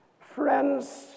friends